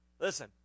Listen